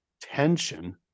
tension